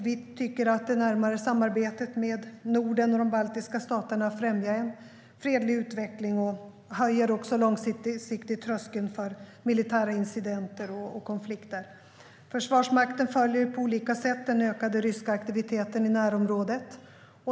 Vi tycker att det närmare samarbetet med Norden och de baltiska staterna främjar en fredlig utveckling och långsiktigt också höjer tröskeln för militära incidenter och konflikter. Försvarsmakten följer på olika sätt den ökade ryska aktiviteten i närområdet.